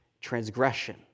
transgression